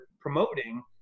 promoting